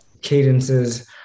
cadences